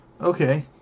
Okay